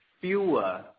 fewer